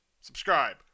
subscribe